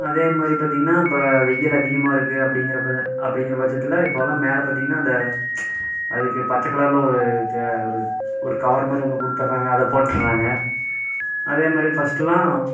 அதேமாதிரி பார்த்திங்கனா இப்போ வெயில் அதிகமாக இருக்கு அப்படிங்குறப்ப அப்படிங்குறபட்சத்துல இப்போல்லாம் மேலே பார்த்திங்கனா அந்த அதுக்கு பச்சை கலரில் ஒரு ஒரு ஒரு கவர் மாதிரி ஒன்று கொடுத்துட்றாங்க அதை போட்டுடறாங்க அதேமாதிரி ஃபஸ்ட்டெலாம்